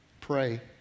pray